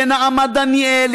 לנעמה דניאל,